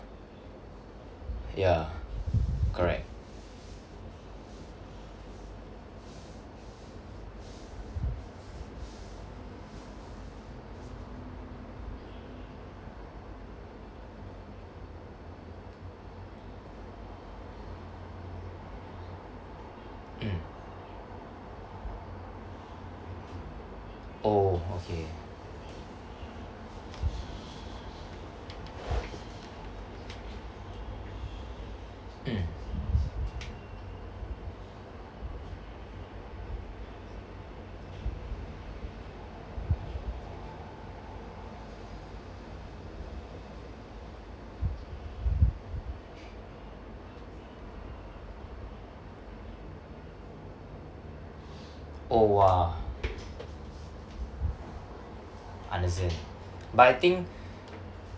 ya correct mm oh okay mm oh !wah! understand but I think